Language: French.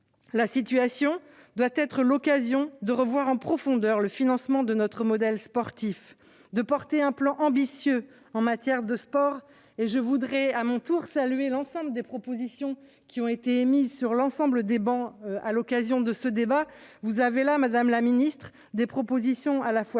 connaissons doit être l'occasion de revoir en profondeur le financement de notre modèle sportif et de porter un plan ambitieux en matière de sport. Je salue à mon tour l'ensemble des propositions qui ont été émises sur toutes les travées de notre assemblée à l'occasion de ce débat. Vous avez là, madame la ministre, des propositions à la fois